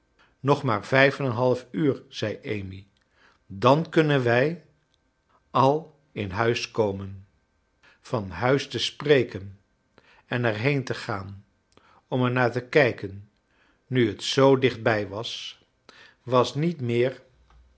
nog maar vijf en een half uur zei amy dan kunnen wij al in huis komen van huis te spreken en er been te gaan om er naar te kijken nu het zoo dichtbij was was niet meer